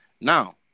Now